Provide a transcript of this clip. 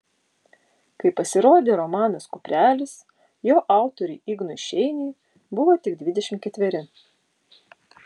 kai pasirodė romanas kuprelis jo autoriui ignui šeiniui buvo tik dvidešimt ketveri